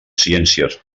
ciències